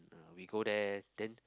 we go there then